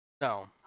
No